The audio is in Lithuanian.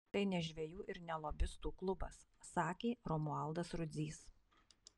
tai ne žvejų ir ne lobistų klubas sakė romualdas rudzys